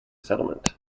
settlement